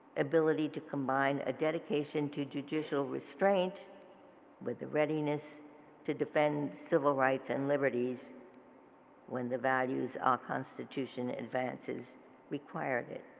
ability to combine a dedication to judicial restraint with the readiness to defend civil rights and liberties when the values our constitution advances required it.